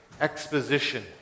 exposition